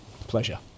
Pleasure